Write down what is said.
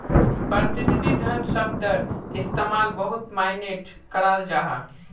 प्रतिनिधि धन शब्दर इस्तेमाल बहुत माय्नेट कराल जाहा